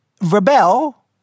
Rebel